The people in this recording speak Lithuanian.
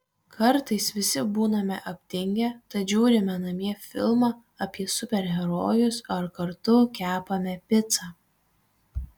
kartais visi būname aptingę tad žiūrime namie filmą apie super herojus ar kartu kepame picą